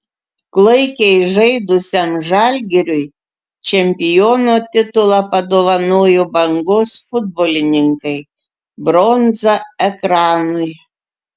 klaikiai žaidusiam žalgiriui čempiono titulą padovanojo bangos futbolininkai bronza ekranui